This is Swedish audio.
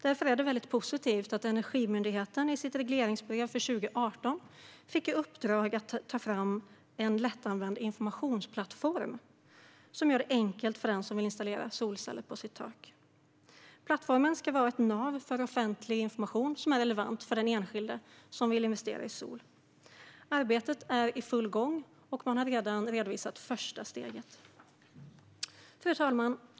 Därför är det positivt att Energimyndigheten i sitt regleringsbrev för 2018 har fått i uppdrag att ta fram en lättanvänd informationsplattform som gör det enklare för den som vill installera solceller på sitt tak. Plattformen ska vara ett nav för offentlig information som är relevant för den enskilde som vill investera i sol. Arbetet är i full gång, och första steget har redan redovisats. Fru talman!